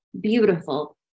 beautiful